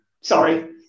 sorry